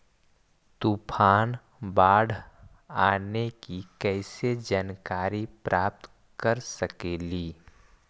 तूफान, बाढ़ आने की कैसे जानकारी प्राप्त कर सकेली?